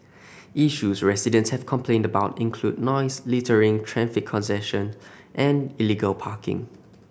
issues residents have complained about include noise littering traffic congestion and illegal parking